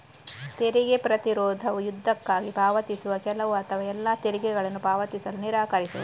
ತೆರಿಗೆ ಪ್ರತಿರೋಧವು ಯುದ್ಧಕ್ಕಾಗಿ ಪಾವತಿಸುವ ಕೆಲವು ಅಥವಾ ಎಲ್ಲಾ ತೆರಿಗೆಗಳನ್ನು ಪಾವತಿಸಲು ನಿರಾಕರಿಸುವುದು